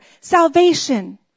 Salvation